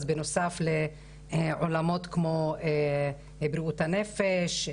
אז בנוסף לעולמות כמו בריאות הנפש,